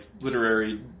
literary